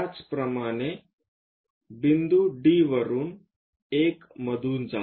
त्याचप्रमाणे बिंदू D वरुन 1 मधून जा